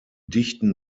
dichten